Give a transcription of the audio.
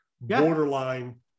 borderline